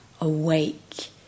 awake